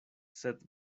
sed